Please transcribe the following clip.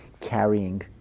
carrying